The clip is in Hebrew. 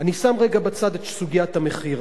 אני שם רגע בצד את סוגיית המחיר.